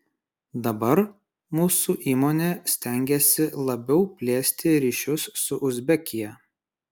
dabar mūsų įmonė stengiasi labiau plėsti ryšius su uzbekija